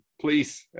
please